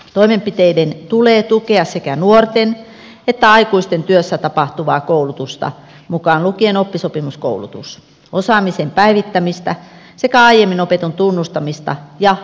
toimenpiteiden tulee tukea sekä nuorten että aikuisten työssä tapahtuvaa koulutusta mukaan lukien oppisopimuskoulutus osaamisen päivittämistä sekä aiemmin opitun tunnustamista ja tunnistamista